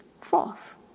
Fourth